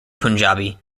punjabi